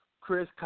Chris